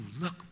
look